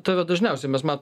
tave dažniausiai mes matom